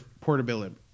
portability